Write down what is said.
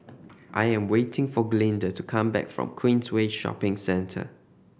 I'm waiting for Glynda to come back from Queensway Shopping Centre